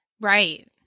Right